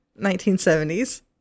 1970s